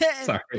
Sorry